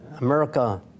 America